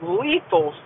lethal